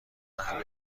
قهوه